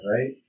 right